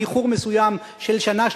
באיחור מסוים של שנה,